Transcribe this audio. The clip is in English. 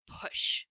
push